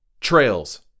Trails